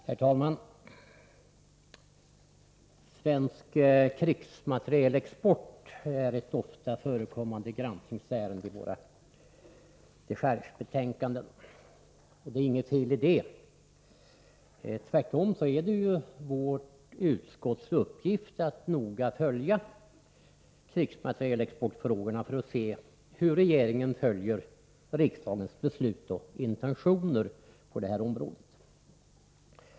Herr talman! Svensk krigsmaterielexport är ett ofta förekommande granskningsärende i våra dechargebetänkanden. Och det är inget fel i det — tvärtom är det ju vårt utskotts uppgift att noga följa krigsmaterielexportfrågorna för att se hur regeringen följer riksdagens beslut och intentioner på detta område.